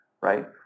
right